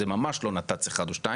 זה ממש לא נת"צ אחד או שתיים,